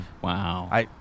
Wow